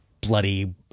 bloody